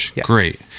Great